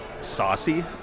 saucy